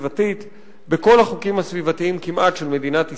סביבתית כמעט בכל החוקים הסביבתיים של מדינת ישראל,